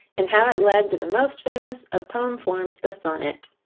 and how it led to the most famous of poem forms, the sonnet.